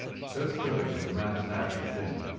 so thrilling had the man's narrative been,